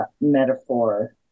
metaphor